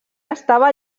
estava